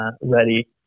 ready